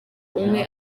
umwe